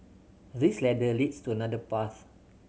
this ladder leads to another path